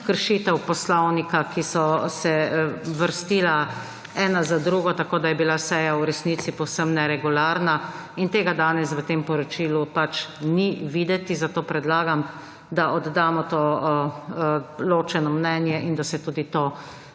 kršitev Poslovnika, ki so se vrstile ena za drugo, tako da je bila seja v resnici povsem neregularna in tega danes, v tem poročilu, ni videti, zato predlagam, da oddamo to ločeno mnenje in da se tudi to